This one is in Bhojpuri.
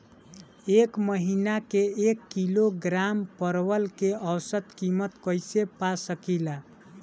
एक महिना के एक किलोग्राम परवल के औसत किमत कइसे पा सकिला?